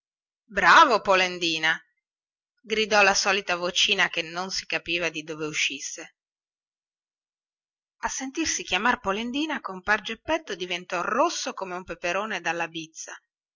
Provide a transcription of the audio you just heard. bravo polendina gridò la solita vocina che non si capiva di dove uscisse a sentirsi chiamar polendina compar geppetto diventò rosso come un peperone dalla bizza